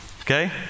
okay